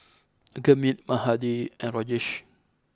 Gurmeet Mahade and Rajesh